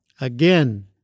Again